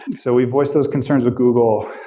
and so we've voiced those concerns the google.